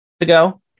ago